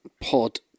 pod